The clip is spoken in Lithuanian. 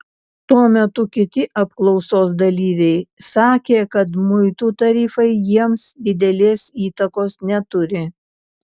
tuo metu kiti apklausos dalyviai sakė kad muitų tarifai jiems didelės įtakos neturi